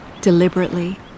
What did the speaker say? Deliberately